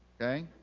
okay